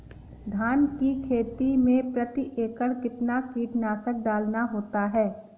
धान की खेती में प्रति एकड़ कितना कीटनाशक डालना होता है?